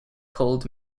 called